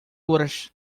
horas